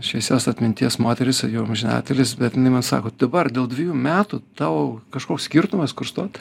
šviesios atminties moteris jau amžinatėlis bet jinai man sako dabar dėl dvejų metų tau kažkoks skirtumas kur stot